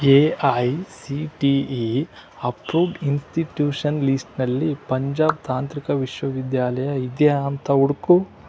A I C T E approved institution ಲೀಸ್ಟ್ನಲ್ಲಿ ಪಂಜಾಬ್ ತಾಂತ್ರಿಕ ವಿಶ್ವವಿದ್ಯಾಲಯ ಇದೆಯಾ ಅಂತ ಹುಡುಕು